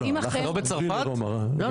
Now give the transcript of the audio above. בגלל שחייבים מהר מהר את הנצברות עכשיו.